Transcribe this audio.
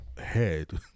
head